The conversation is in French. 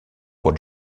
pour